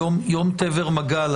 "יום תבר מגל",